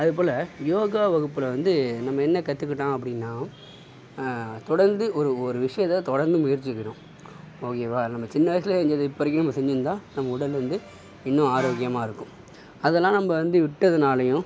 அது போல் யோகா வகுப்பில் வந்து நம்ம என்ன கற்றுக்கிட்டோம் அப்படின்னா தொடர்ந்து ஒரு ஒரு விஷயத்தை தொடர்ந்து முயற்சிக்கணும் ஓகேவா நம்ம சின்ன வயசில் செஞ்சதை இப்போ வரைக்கும் நம்ம செஞ்சியிருந்தா நம்ம உடல் வந்து இன்னும் ஆரோக்கியமாக இருக்கும் அதெல்லாம் நம்ம வந்து விட்டதுனாலையும்